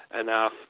enough